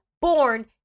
born